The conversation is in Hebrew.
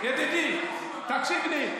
ידידי, תקשיב לי.